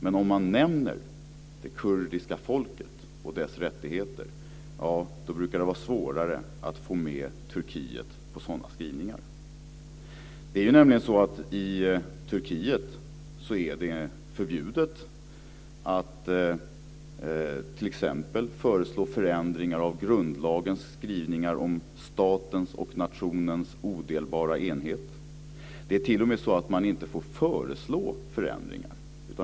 Men om man nämner det kurdiska folket och dess rättigheter brukar det vara svårare att få med Turkiet på skrivningarna. Det är nämligen så att i Turkiet är det förbjudet att t.ex. föreslå förändringar av grundlagens skrivningar om statens och nationens odelbara enhet. Det är alltså t.o.m. så att man inte får föreslå förändringar.